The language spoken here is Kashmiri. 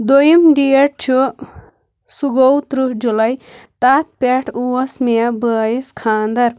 دۄیِم ڈیٹ چھُ سُہ گوٚو تٕرٛہ جُلاے تَتھ پٮ۪ٹھ اوس مےٚ بٲیِس خانٛدر